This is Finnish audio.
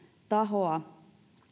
tahoa